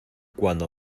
cuando